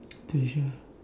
do with you lah